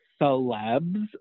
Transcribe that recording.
celebs